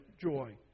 joy